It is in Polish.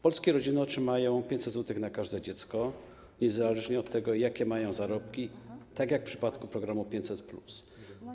Polskie rodziny otrzymają 500 zł na każde dziecko niezależnie od tego, jakie mają zarobki, tak jak w przypadku programu 500+.